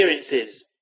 experiences